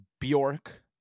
Bjork